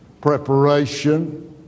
preparation